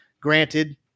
Granted